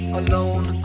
alone